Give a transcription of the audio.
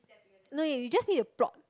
no you you just need to plot